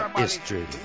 history